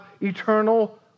eternal